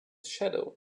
shadow